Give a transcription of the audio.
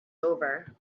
over